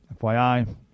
FYI